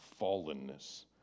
fallenness